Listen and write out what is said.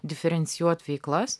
diferencijuot veiklas